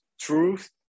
Truth